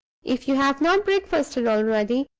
if you have not breakfasted already,